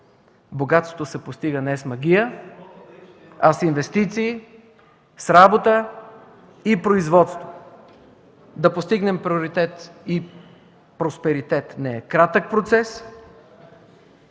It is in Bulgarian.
Богатството се постига не с магия, а с инвестиции, с работа и производство. Постигането на приоритет и просперитет не е кратък процес.